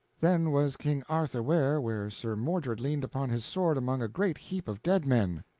then was king arthur ware where sir mordred leaned upon his sword among a great heap of dead men.